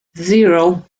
zero